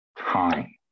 time